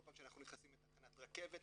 כל פעם שאנחנו נכנסים לתחנת רכבת,